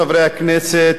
חברי הכנסת,